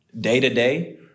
day-to-day